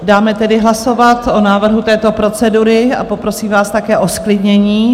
Dáme tedy hlasovat o návrhu této procedury a poprosím vás také o zklidnění.